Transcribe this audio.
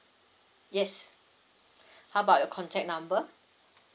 yes how about your contact number